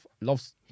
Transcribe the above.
Loves